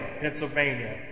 Pennsylvania